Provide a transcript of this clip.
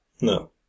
No